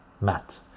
Matt